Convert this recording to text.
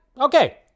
Okay